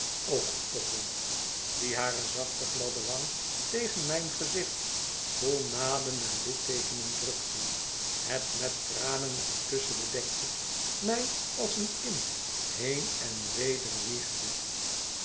ook op den grond die hare zachte gladde wang tegen mijn gezicht vol naden en litteekenen drukte het met tranen en kussen bedekte mij als een kind heen en weder wiegde